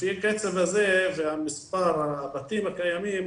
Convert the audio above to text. לפי קצב הזה ומספר הבתים הקיימים,